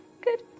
Good